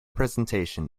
presentation